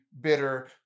bitter